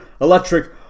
electric